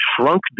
shrunk